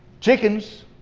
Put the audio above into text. Chickens